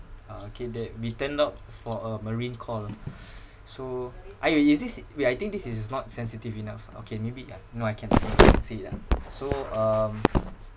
ah okay that we turned up for a marine call ah so !aiyo! is this wait I think this is not sensitive enough okay maybe ya no I can see it lah so um